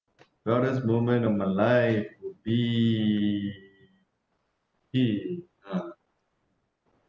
well this moment I'm ah